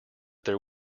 there